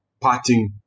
parting